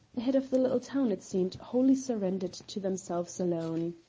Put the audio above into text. the head of the little town, it seemed, wholly surrendered to themselves alone.